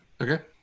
Okay